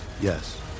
Yes